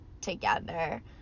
together